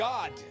God